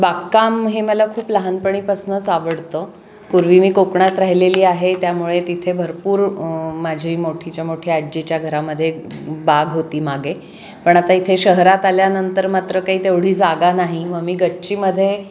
बागकाम हे मला खूप लहानपणीपासनंच आवडतं पूर्वी मी कोकणात राहिलेली आहे त्यामुळे तिथे भरपूर माझी मोठीच्या मोठी आज्यच्या घराम बाग होती मागे पण आता इथे शहरात आल्यानंतर मात्र काही तेवढी जागा नाही मं मी गच्चीमध्ये